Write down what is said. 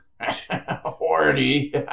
Horny